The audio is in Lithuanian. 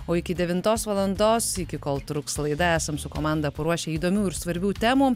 o iki devintos valandos iki kol truks laida esam su komanda paruošę įdomių ir svarbių temų